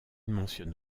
mentionne